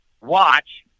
watch